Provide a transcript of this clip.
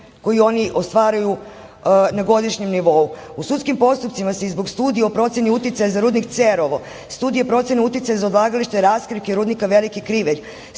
koji oni ostvaruju na godišnjem nivou? U sudskim postupcima se i zbog studije o proceni uticaja za rudnik Cerova, studije procene uticaja za odlagalište raskrivke rudnika Veliki Krivelj,